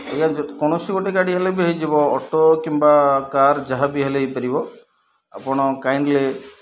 ଆଜ୍ଞା କୌଣସି ଗୋଟେ ଗାଡ଼ି ହେଲେ ବି ହେଇଯିବ ଅଟୋ କିମ୍ବା କାର୍ ଯାହା ବି ହେଲେ ହେଇପାରିବ ଆପଣ କାଇଣ୍ଡଲି